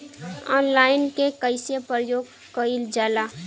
Online के कइसे प्रयोग कइल जाला?